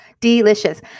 delicious